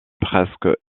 presque